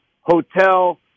hotel